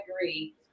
agree